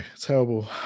terrible